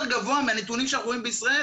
גבוה מהנתונים שאנחנו רואים בישראל,